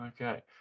Okay